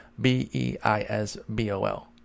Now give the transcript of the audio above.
B-E-I-S-B-O-L